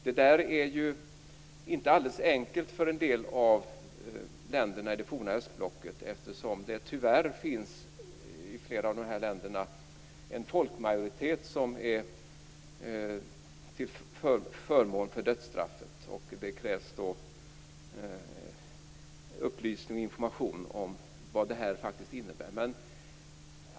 Detta är inte så alldeles enkelt för en del av länderna i det forna östblocket, eftersom det i flera av de här länderna tyvärr finns en folkmajoritet till förmån för dödsstraffet. Det krävs där upplysning och information om vad det faktiskt är fråga om.